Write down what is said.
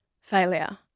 failure